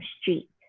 street